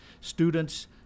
students